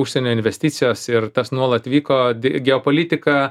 užsienio investicijos ir tas nuolat vyko geopolitika